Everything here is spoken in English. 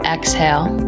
Exhale